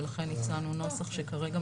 ולכן הצענו נוסח שכרגע,